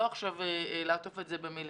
לא לעטוף את זה עכשיו במילים.